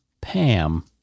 Pam